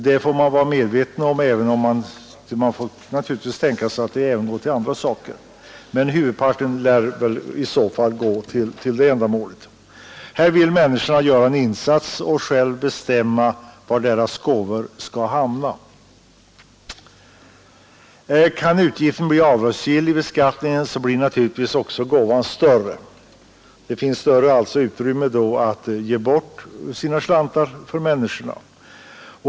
Det får man vara medveten om, även om man naturligtvis får tänka sig att det också skulle gälla andra saker. Människorna vill här göra en insats och själva bestämma var deras gåvor skall hamna. Kan utgiften bli avdragsgill vid beskattningen så blir naturligtvis också gåvan större; man får då större utrymme att ge bort sina slantar.